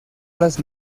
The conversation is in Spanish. las